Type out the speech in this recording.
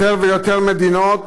יותר ויותר מדינות